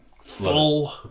full